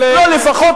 למה?